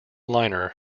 liner